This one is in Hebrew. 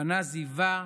פנה זיווה,